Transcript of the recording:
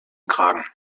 kragen